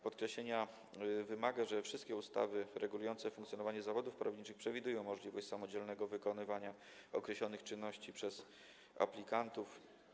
Podkreślenia wymaga, że wszystkie ustawy regulujące funkcjonowanie zawodów prawniczych przewidują możliwość samodzielnego wykonywania określonych czynności przez aplikantów.